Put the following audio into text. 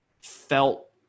felt